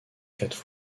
quatre